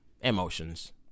emotions